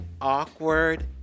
awkward